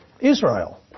Israel